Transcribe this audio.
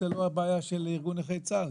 זו לא בעיה של ארגון נכי צה"ל,